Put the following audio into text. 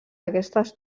aquestes